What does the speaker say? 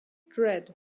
dredd